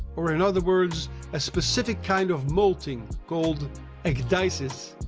or in other words a specific kind of molting, called ecdysis.